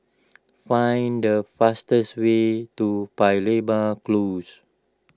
find the fastest way to Paya Lebar Close